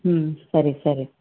ಹ್ಞೂ ಸರಿ ಸರಿ